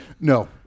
No